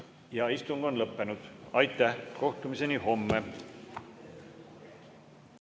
ja istung on lõppenud. Kohtumiseni homme!